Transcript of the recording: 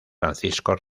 francisco